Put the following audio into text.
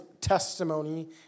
testimony